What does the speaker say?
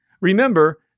remember